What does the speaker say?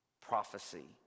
prophecy